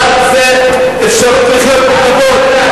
דת זה אפשרות לחיות בכבוד.